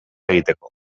egiteko